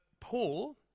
Paul